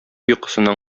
йокысыннан